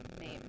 name